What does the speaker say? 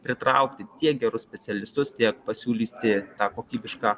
pritraukti tiek gerus specialistus tiek pasiūlyti tą kokybišką